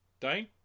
Dane